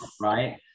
right